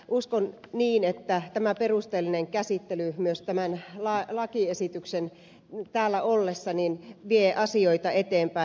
uskon niin että tämä perusteellinen käsittely myös tämän lakiesityksen täällä ollessa vie asioita eteenpäin